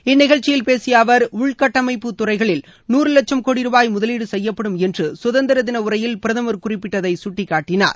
இந்நிகழ்ச்சியில் பேசிய அவர் உள்கட்டமைப்பு துறைகளில் நூறு லட்சும் கோடி ரூபாய் முதலீடு செய்யப்படும் என்று சுதந்திர தின உரையில் பிரதமர் குறிப்பிட்டதை சுட்டிக்காட்டினார்